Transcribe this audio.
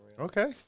Okay